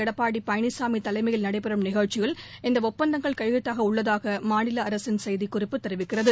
எடப்பாடி பழனிசாமி தலைமையில் நடைபெறும் நிகழ்ச்சியில் இந்த ஒப்பந்தங்கள் கையெழுத்தாகவுள்ளதாக மாநில அரசின் செய்திக்குறிப்பு தெரிவிக்கிறது